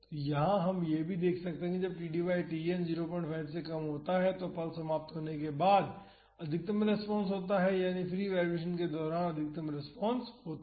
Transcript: तो यहाँ हम यह भी देख सकते हैं कि जब td बाई Tn 05 से कम होता है तो पल्स समाप्त होने के बाद अधिकतम रेस्पॉन्स होता है यानी फ्री वाईब्रेशन के दौरान अधिकतम रेस्पॉन्स होता है